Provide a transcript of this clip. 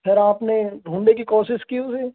sir आपने ढूढ़े की कोशिश की उसे